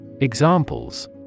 Examples